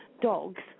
dogs